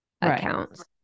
accounts